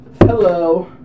Hello